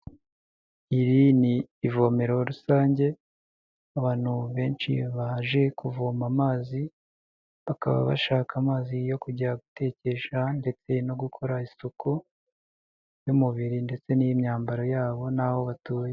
Iri ni ivomero rusange abantu benshi baje kuvoma amazi bakaba bashaka amazi yo kujya gutekesha ndetse no gukora isuku y'umubiri ndetse n'iy'imyambaro yabo n'aho batuye.